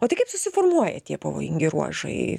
o tik kaip susiformuoja tie pavojingi ruožai